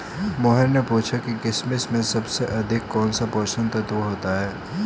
मोहन ने पूछा कि किशमिश में सबसे अधिक कौन सा पोषक तत्व होता है?